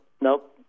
Nope